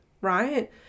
right